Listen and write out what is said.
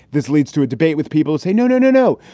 this leads to a debate with people who say, no, no, no, no,